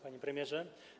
Panie Premierze!